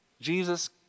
Jesus